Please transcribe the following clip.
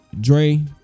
Dre